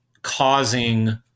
Causing